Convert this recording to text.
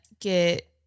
get